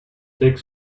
six